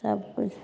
सब किछु